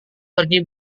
pergi